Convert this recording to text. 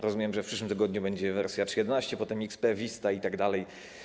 Rozumiem, że w przyszłym tygodniu będzie wersja 3.11, potem XP, Vista itd.